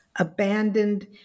abandoned